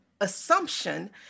assumption